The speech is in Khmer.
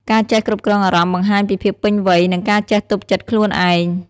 ការចេះគ្រប់គ្រងអារម្មណ៍បង្ហាញពីភាពពេញវ័យ និងការចេះទប់ចិត្តខ្លួនឯង។